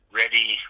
ready